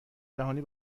جهانی